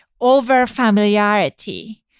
over-familiarity